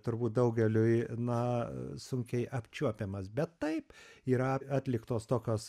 turbūt daugeliui na sunkiai apčiuopiamas bet taip yra atliktos tokios